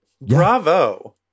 Bravo